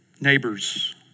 Neighbors